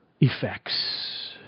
effects